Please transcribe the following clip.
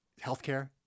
healthcare